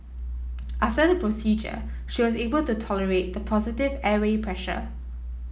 after the procedure she was able to tolerate the positive airway pressure